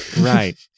Right